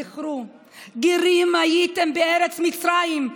זכרו, גרים הייתם בארץ מצרים.